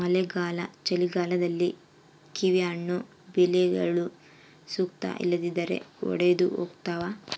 ಮಳೆಗಾಲ ಚಳಿಗಾಲದಲ್ಲಿ ಕಿವಿಹಣ್ಣು ಬೆಳೆಯಲು ಸೂಕ್ತ ಇಲ್ಲದಿದ್ದರೆ ಒಡೆದುಹೋತವ